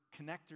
connectors